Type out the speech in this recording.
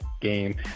game